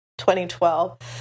2012